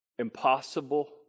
impossible